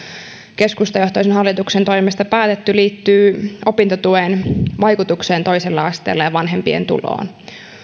keskustajohtoisen hallituksen toimesta päätetty liittyy opintotuen vaikutukseen toisella asteella ja vanhempien tuloihin